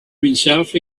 himself